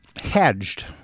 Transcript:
hedged